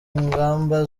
ngamba